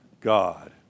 God